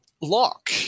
Lock